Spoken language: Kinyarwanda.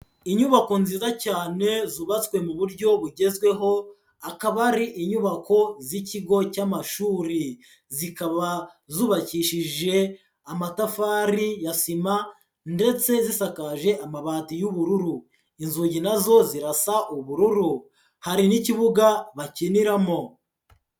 Inyubako nziza cyane zubatswe mu buryo bugezweho, akaba ari inyubako z'ikigo cy'amashuri. Zikaba zubakishije amatafari ya sima ndetse zisakaje amabati y'ubururu. Inzugi na zo zirasa ubururu. Hari n'ikibuga bakiniramo.